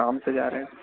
काम से जा रहे थे